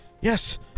yes